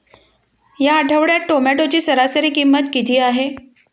या आठवड्यात टोमॅटोची सरासरी किंमत किती आहे?